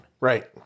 Right